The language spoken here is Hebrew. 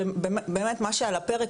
באמת מה שעל הפרק,